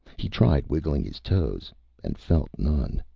he tried wiggling his toes and felt none.